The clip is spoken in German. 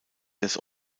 des